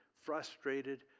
frustrated